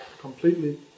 completely